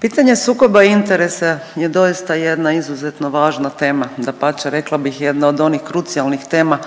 pitanje sukoba interesa je doista jedna izuzetno važna tema, dapače rekla bih jedna od onih krucijalnih tema